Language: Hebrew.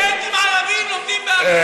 2,000 סטודנטים ערבים לומדים באריאל.